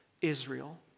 Israel